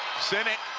sinnott